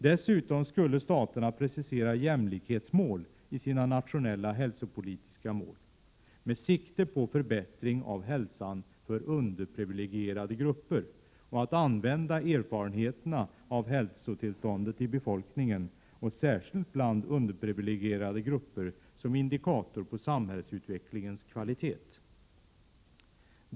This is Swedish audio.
Dessutom skulle staterna precisera jämlikhetsmål i sina nationella hälsopolitiska mål, med sikte på förbättring av hälsan för underprivilegierade grupper. Erfarenheterna av hälsotillståndet i befolkningen, särskilt bland underprivilegierade grupper, skulle användas som indikator på samhällsutvecklingens kvalitet.